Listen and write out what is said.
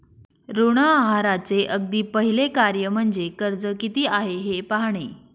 ऋण आहाराचे अगदी पहिले कार्य म्हणजे कर्ज किती आहे हे पाहणे